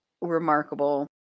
remarkable